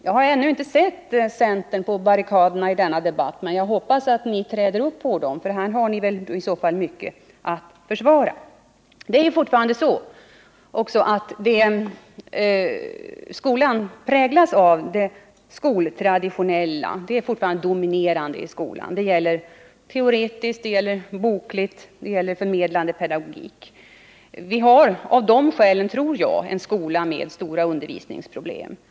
Jag har ännu inte sett centern på barrikaderna i den debatten, men jag hoppas att ni träder upp på dem. Här har ni mycket att försvara. Skolan präglas fortfarande av det skoltraditionella — det är fortfarande dominerande i skolan. Det gäller teoretiskt, bokligt och i fråga om förmedlande pedagogik. Jag tror att det är av dessa skäl som vi har en skola med stora undervisningsproblem.